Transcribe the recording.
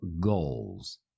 goals